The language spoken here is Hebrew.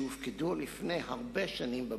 שהופקדו לפני הרבה שנים בבנקים.